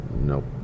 nope